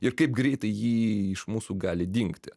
ir kaip greitai ji iš mūsų gali dingti